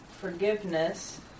forgiveness